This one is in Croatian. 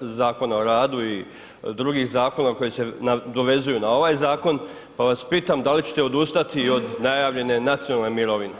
Zakona o radu i drugih zakona koji se nadovezuju na ovaj zakon pa vas pitam da li ćete odustati od najavljene nacionalne mirovine